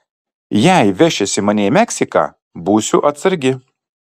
jei vešiesi mane į meksiką būsiu atsargi